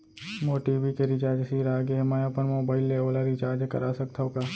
मोर TV के recharge सिरा गे हे, मैं अपन मोबाइल ले ओला रिचार्ज करा सकथव का?